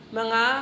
mga